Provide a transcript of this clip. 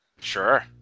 Sure